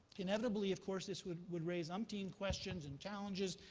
inevitably, of course, this would would raise umpteen questions and challenges.